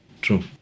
True